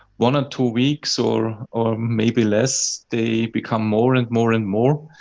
one or two weeks, or or maybe less, they become more and more and more.